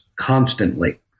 constantly